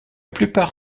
plupart